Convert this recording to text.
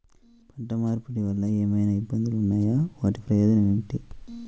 పంట మార్పిడి వలన ఏమయినా ఇబ్బందులు ఉన్నాయా వాటి ప్రయోజనం ఏంటి?